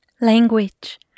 Language